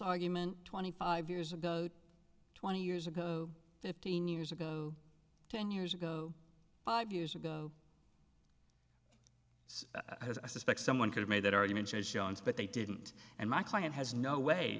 argument twenty five years ago twenty years ago fifteen years ago ten years ago five years ago i suspect someone could have made that argument as shows but they didn't and my client has no way